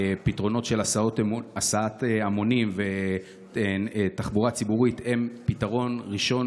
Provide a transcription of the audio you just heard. פתרונות של הסעת המונים ותחבורה ציבורית הם פתרון ראשון